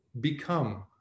become